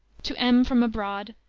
to m from abroad,